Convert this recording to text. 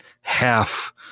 half